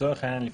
לצורך העניין,